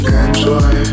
enjoy